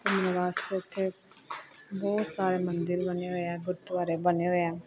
ਘੁੰਮਣ ਵਾਸਤੇ ਉੱਥੇ ਬਹੁਤ ਸਾਰੇ ਮੰਦਰ ਬਣੇ ਹੋਏ ਹੈ ਗੁਰਦੁਆਰੇ ਬਣੇ ਹੋਏ ਹੈ